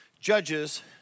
Judges